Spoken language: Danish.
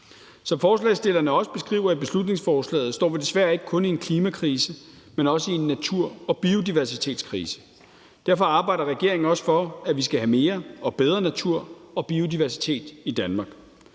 Som forslagsstillerne også beskriver i beslutningsforslaget, står vi desværre ikke kun i en klimakrise, men også i en natur- og biodiversitetskrise. Derfor arbejder regeringen også for, at vi skal have mere og bedre natur og biodiversitet i Danmark.